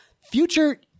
future